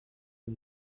ich